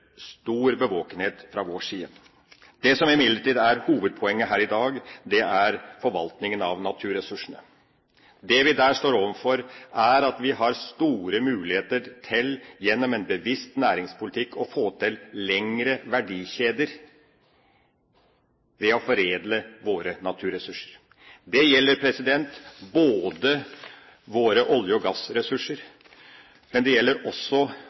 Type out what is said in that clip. stor bevågenhet fra vår side. Det som imidlertid er hovedpoenget her i dag, er forvaltningen av naturressursene. Det vi der står overfor, er at vi har store muligheter til, gjennom en bevisst næringspolitikk, å få til lengre verdikjeder ved å foredle våre naturressurser. Det gjelder ikke bare våre olje- og gassressurser, men det gjelder også